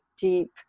deep